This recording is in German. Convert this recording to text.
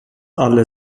alle